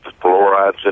fluorides